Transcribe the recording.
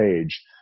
page